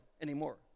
anymore